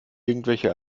irgendwelche